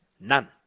None